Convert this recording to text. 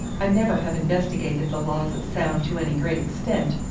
i never have investigated the laws of sound to any great extent,